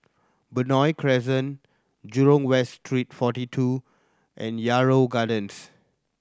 Benoi Crescent Jurong West Street Forty Two and Yarrow Gardens